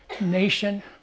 nation